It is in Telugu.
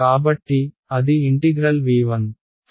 కాబట్టి అదిv1ɸ1 rr'dV